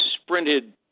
sprinted